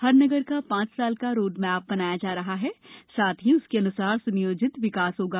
हर नगर का पांच साला रोडमैप बनाया जा रहा है तथा उसके अनुसार स्नियोजित विकास होगा